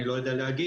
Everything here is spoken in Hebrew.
אני לא יודע להגיד.